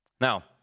Now